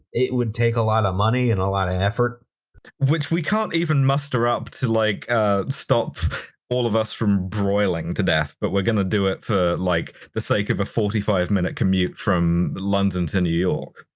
it would take a lot of money and a lot of effort. alice which we can't even muster up to, like ah, stop all of us from broiling to death, but we're gonna do it for, like, the sake of a forty five minute commute from london to new york.